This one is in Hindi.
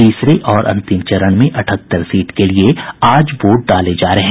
तीसरे और अंतिम चरण में अठहत्तर सीट के लिए आज वोट डाले जा रहे हैं